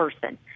person